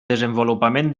desenvolupament